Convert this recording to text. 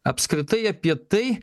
apskritai apie tai